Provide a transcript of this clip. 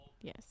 yes